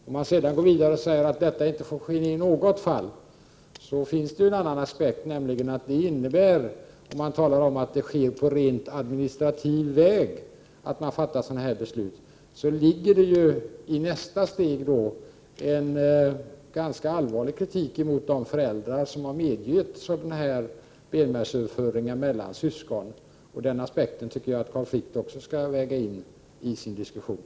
Om man sedan går vidare och säger att sådana här ingrepp inte får ske i något fall och att detta har skett efter beslut på rent administrativ väg, ligger det ju i nästa steg en ganska allvarlig kritik mot de föräldrar som har medgivit sådana här benmärgsöverföringar mellan syskon. Den aspekten tycker jag att Carl Frick också skall väga in i sin diskussion.